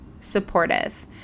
supportive